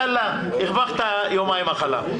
יאללה הרווחת יומיים מחלה.